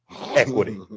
equity